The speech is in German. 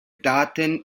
daten